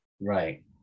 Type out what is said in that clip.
right